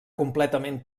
completament